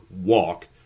walk